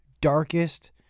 darkest